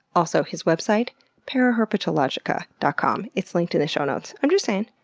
also his website paraherpetologica dot com. it's linked in the show notes. i'm just sayin'.